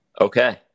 okay